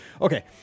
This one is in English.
Okay